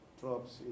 drops